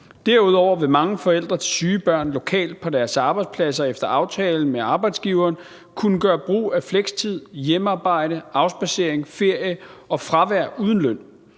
Derudover vil mange forældre til syge børn lokalt på deres arbejdsplads og efter aftale med arbejdsgiveren kunne gøre brug af flekstid, hjemmearbejde, afspadsering, ferie og fravær uden løn.